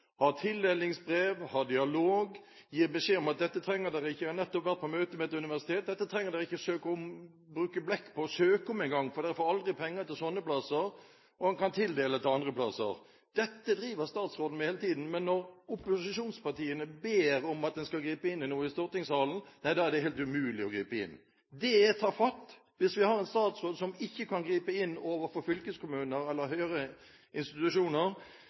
tildelingsbrev, har dialog, gir beskjed om at dette trenger dere ikke å bruke blekk på å søke om engang – jeg har nettopp vært på møte med et universitet – for dere får aldri penger til sånne plasser, og man kan tildele til andre plasser. Dette driver statsråden med hele tiden, men når opposisjonspartiene i stortingssalen ber om at en skal gripe inn i noe, nei da er det helt umulig å gripe inn. Det er tafatt. Hvis vi har en statsråd som ikke kan gripe inn overfor fylkeskommuner eller